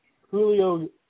Julio